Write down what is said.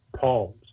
palms